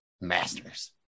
Masters